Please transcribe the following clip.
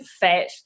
fat